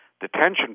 detention